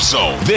Zone